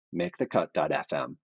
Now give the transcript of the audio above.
makethecut.fm